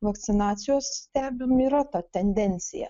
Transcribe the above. vakcinacijos stebim yra ta tendencija